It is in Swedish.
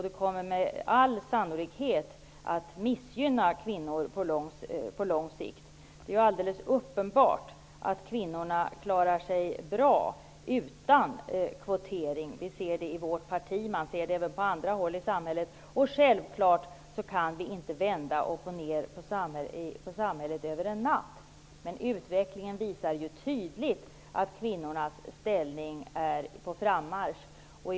Det kommer med all sannolikhet att missgynna kvinnor på lång sikt. Det är alldeles uppenbart att kvinnorna klarar sig bra utan kvotering. Vi ser det i vårt parti. Man ser det även på andra håll i samhället. Självfallet kan vi inte vända uppochned på samhället över en natt, men utvecklingen visar ju tydligt att kvinnorna är på frammarsch.